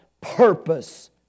purpose